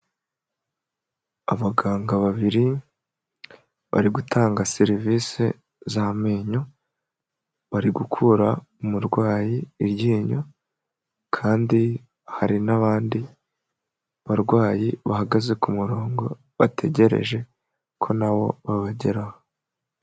Abaganga babiri, bari gutanga serivise za amenyo, bari gukura umurwayi iryinyo, kandi hari n'abandi barwayi bahagaze ku murongo bategereje ko nabo babageraho.